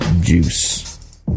Juice